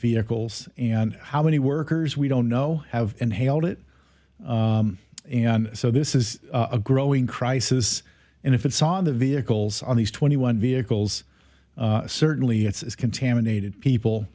vehicles and how many workers we don't know have inhaled it and so this is a growing crisis and if it's on the vehicles on these twenty one vehicles certainly it's contaminated